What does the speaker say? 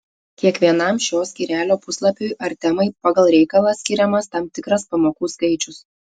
kiekvienam šio skyrelio puslapiui ar temai pagal reikalą skiriamas tam tikras pamokų skaičius